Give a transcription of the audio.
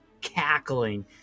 cackling